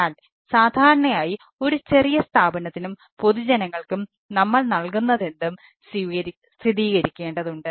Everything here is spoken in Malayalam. എന്നാൽ സാധാരണയായി ഒരു ചെറിയ സ്ഥാപനത്തിനും പൊതുജനങ്ങൾക്കും നമ്മൾ നൽകുന്നതെന്തും സ്ഥിരീകരിക്കേണ്ടതുണ്ട്